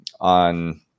on